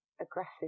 aggressive